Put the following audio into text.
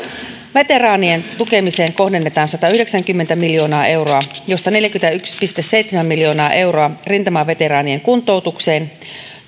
veteraanien tukemiseen kohdennetaan satayhdeksänkymmentä miljoonaa euroa josta neljäkymmentäyksi pilkku seitsemän miljoonaa euroa rintamaveteraanien kuntoutukseen